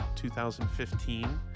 2015